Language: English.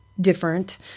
different